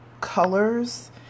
colors